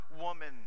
woman